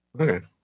Okay